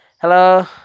Hello